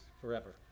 forever